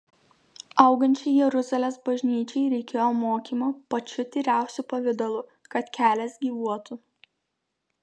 augančiai jeruzalės bažnyčiai reikėjo mokymo pačiu tyriausiu pavidalu kad kelias gyvuotų